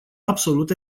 absolut